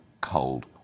cold